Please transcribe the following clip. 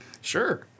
Sure